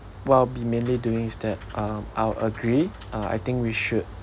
what I'll be mainly doing is that um I'll agree uh I think we should